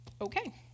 Okay